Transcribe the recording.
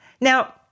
Now